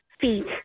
feet